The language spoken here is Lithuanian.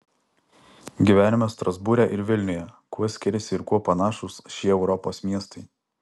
gyvenimas strasbūre ir vilniuje kuo skiriasi ir kuo panašūs šie europos miestai